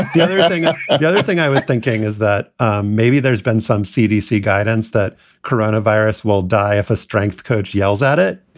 the other thing ah the other thing i was thinking is that ah maybe there's been some cdc guidance that coronavirus will die off a strength coach yells at it. so